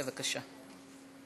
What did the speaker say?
בבקשה.